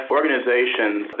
organizations